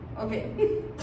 okay